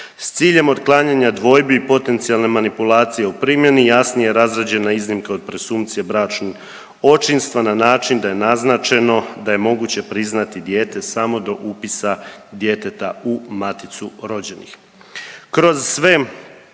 S ciljem otklanjanja dvojbi potencijalne manipulacije o primjeni jasnije je razrađena iznimka od presumpcije bračnih očinstva na način da je naznačeno da je moguće priznati dijete samo do upisa djeteta u maticu rođenih.